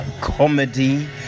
comedy